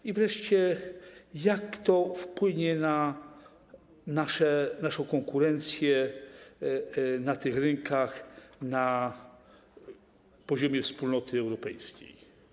I wreszcie, jak to wpłynie na naszą konkurencję na tych rynkach na poziomie Wspólnoty Europejskiej?